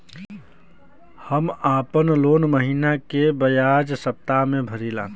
हम आपन लोन महिना के बजाय सप्ताह में भरीला